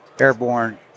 airborne